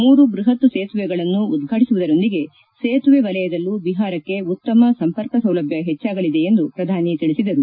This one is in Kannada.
ಮೂರು ಬೃಹತ್ ಸೇತುವೆಗಳನ್ನು ಉದ್ವಾಟಿಸುವುದರೊಂದಿಗೆ ಸೇತುವೆ ವಲಯದಲ್ಲೂ ಬಿಹಾರಕ್ಕೆ ಉತ್ತಮ ಸಂಪರ್ಕ ಸೌಲಭ್ನ ಹೆಚ್ಚಾಗಲಿದೆ ಎಂದು ಪ್ರಧಾನಿ ತಿಳಿಸಿದರು